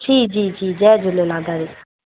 जी जी जी जय झूलेलाल दादी